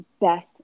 best